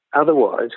Otherwise